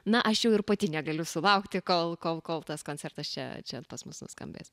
na aš jau ir pati negaliu sulaukti kol kol kol tas koncertas čia čia pas mus nuskambės